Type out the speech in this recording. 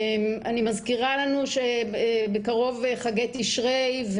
אני מזכירה לנו שבקרוב חגי תשרי.